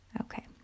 Okay